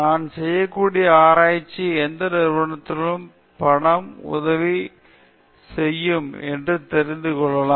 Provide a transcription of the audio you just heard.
நாம் செய்யக்கூடிய ஆராய்ச்சிக்கு எந்த நிறுவனம் பணம் உதவி செய்யும் என்று தெரிந்து கொள்ளலாம்